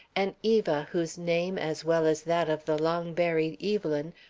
an eva whose name, as well as that of the long-buried evelyn,